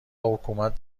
حکومت